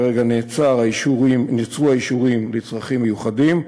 כרגע נעצרו האישורים לצרכים מיוחדים,